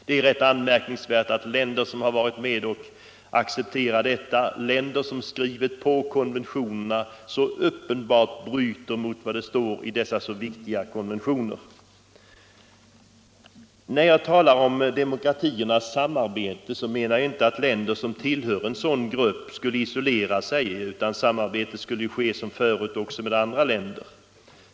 Det är rätt anmärkningsvärt att länder som har varit med om att acceptera detta och som har skrivit under konventionerna så uppenbart bryter mot vad som står i dessa viktiga konventioner. När jag talar om demokratiernas samarbete menar jag inte att länder som tillhör en sådan grupp skall isolera sig, utan samarbete skall förekomma som förut med andra länder.